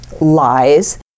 lies